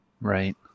Right